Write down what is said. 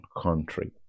country